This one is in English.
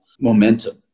momentum